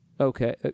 Okay